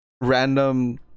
random